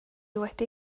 wedi